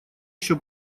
еще